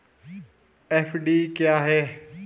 FD क्या है?